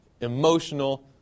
emotional